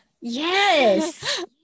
Yes